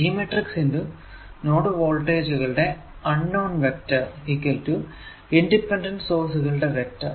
G matrix × node വോൾടേജജുകളുടെ unknown vector independent സോഴ്സുകളുടെ vector